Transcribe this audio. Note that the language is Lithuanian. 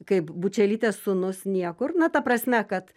kaip bučelytės sūnus niekur na ta prasme kad